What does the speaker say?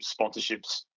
sponsorships